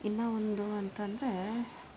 ಇನ್ನಾ ಒಂದು ಅಂತಂದರೆ